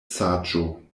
saĝo